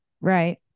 Right